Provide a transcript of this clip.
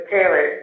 Taylor